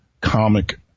comic